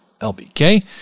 LBK